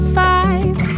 five